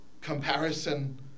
comparison